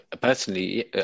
personally